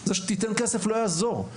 זה שתיתן כסף לא יעזור,